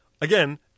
again